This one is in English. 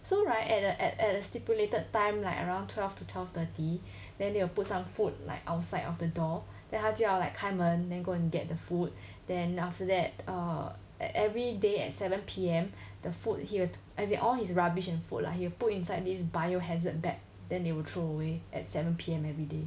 so right at a at at a stipulated time like around twelve to twelve thirty then they will put some food like outside of the door then 他就要 like 开门 then go and get the food then after that err at every day at seven P_M the food here as in all his rubbish and food lah he will put inside this bio hazard bag then they will throw away at seven P_M everyday